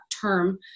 term